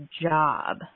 job